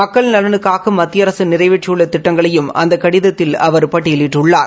மக்கள் நலனுக்காக மத்திய அரசு நிறைவேற்றியுள்ள திட்டங்களையும் அந்த கடிதத்தில் அவா பட்டியலிட்டுள்ளார்